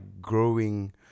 growing